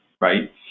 right